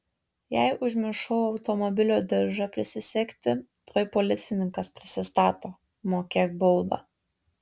jei užmiršau automobilio diržą prisisegti tuoj policininkas prisistato mokėk baudą